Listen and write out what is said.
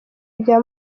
bya